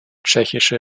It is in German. tschechische